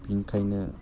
बिनिखायनो